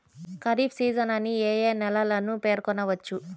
Kharif season అని ఏ ఏ నెలలను పేర్కొనవచ్చు?